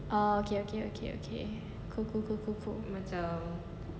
ah okay okay okay cool cool cool cool cool